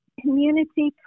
community